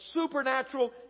Supernatural